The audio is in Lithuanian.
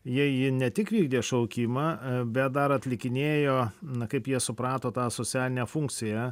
jie ji ne tik vykdė šaukimą bet dar atlikinėjo na kaip jie suprato tą socialinę funkciją